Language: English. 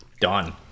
done